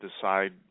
decide